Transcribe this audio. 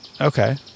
Okay